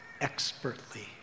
expertly